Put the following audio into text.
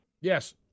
Yes